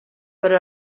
per